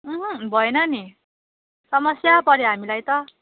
भएन नि समस्या पऱ्यो हामीलाई त